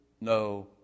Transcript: no